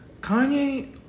Kanye